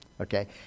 okay